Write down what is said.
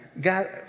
God